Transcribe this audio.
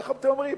איך אתם אומרים?